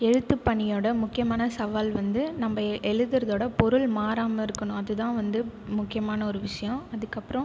எழுத்துப்பணியோடய முக்கியமான சவால் வந்து நம்ம எழுதுறதோடய பொருள் மாறாம இருக்கணும் அது தான் வந்து முக்கியமான ஒரு விஷயம் அதுக்கப்புறம்